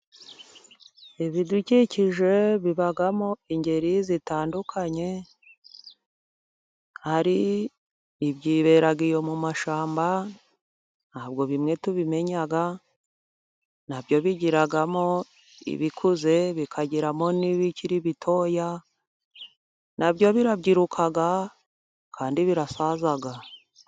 Ibidukikije bibamo ingeri zitandukanye, hari ibyibera iyo mu mashyamba ntabwo bimwe tubimenya, na byo bigiramo ibikuze bikagiramo n'ibikiri bitoya, na byo birabyiruka kandi birasaza.